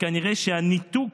שכנראה שהניתוק